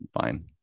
fine